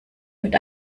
mit